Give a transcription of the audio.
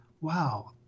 wow